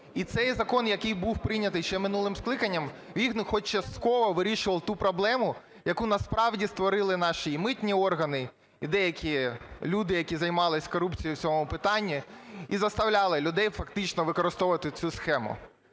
І цей закон, який був прийнятий ще минулим скликанням, він хоч частково вирішував ту проблему, яку насправді створили наші митні органи, і деякі люди, які займались корупцією в цьому питанні, і заставляли людей фактично використовувати цю схему.